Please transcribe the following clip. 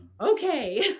okay